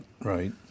Right